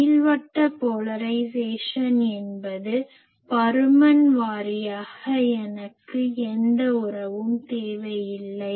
நீள்வட்ட போலரைஸேசன் என்பது பருமன் வாரியாக எனக்கு எந்த உறவும் தேவையில்லை